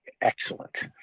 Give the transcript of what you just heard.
excellent